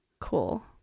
cool